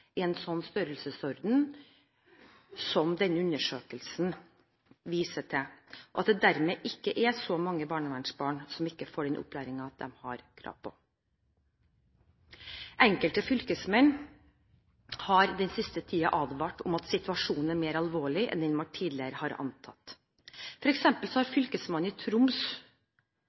en slik størrelsesorden som denne undersøkelsen viser til, og at det er så mange barnevernsbarn som ikke får den opplæringen de har krav på. Enkelte fylkesmenn har den siste tiden advart om at situasjonen er mer alvorlig enn det man tidligere har antatt. For eksempel har fylkesmannen i Troms,